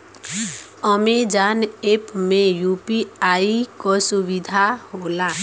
Amazon app में UPI क सुविधा होला